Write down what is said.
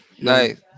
nice